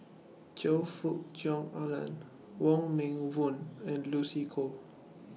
Choe Fook Cheong Alan Wong Meng Voon and Lucy Koh